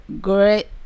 great